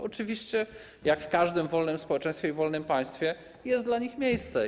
Oczywiście jak w każdym wolnym społeczeństwie i wolnym państwie jest dla nich miejsce.